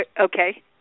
okay